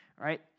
right